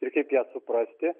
ir kaip ją suprasti